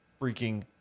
freaking